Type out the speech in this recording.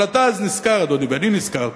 אבל אתה אז נזכר, אדוני, ואני זכרתי,